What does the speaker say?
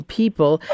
people